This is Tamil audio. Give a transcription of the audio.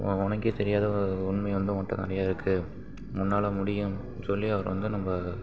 ஒ உனக்கே தெரியாத உண்மை வந்து உன்கிட்ட நிறையா இருக்குது உன்னால் முடியும் சொல்லி அவரை வந்து நம்ம